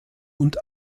und